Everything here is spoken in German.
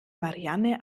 marianne